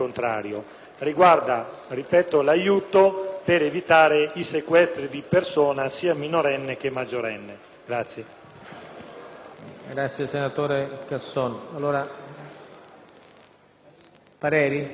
per evitare sequestri di persona, sia minorenne che maggiorenne.